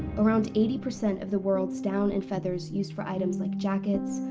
around eighty percent of the world's down and feathers used for items like jackets,